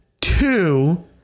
two